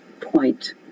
point